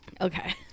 Okay